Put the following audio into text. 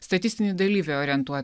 statistinį dalyvį orientuoti